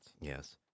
Yes